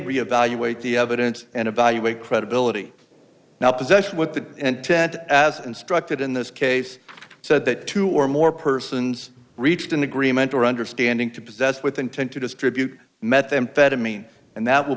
reevaluate the evidence and evaluate credibility now possession with the intent as instructed in this case so that two or more persons reached an agreement or understanding to possess with intent to distribute methamphetamine and that will